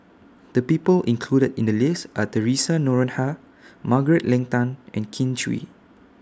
The People included in The list Are Theresa Noronha Margaret Leng Tan and Kin Chui